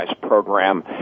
program